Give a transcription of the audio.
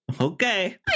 okay